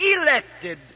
elected